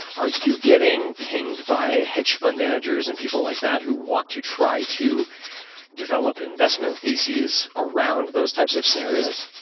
are you getting pinged by hedge fund managers and people like that who want to try to develop investment thesis around those types of scenarios?